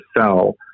sell